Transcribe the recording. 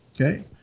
Okay